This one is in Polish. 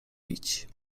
bić